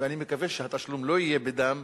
ואני מקווה שהתשלום לא יהיה בדם,